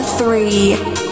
three